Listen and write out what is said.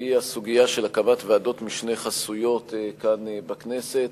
והיא הסוגיה של הקמת ועדות משנה חסויות כאן בכנסת,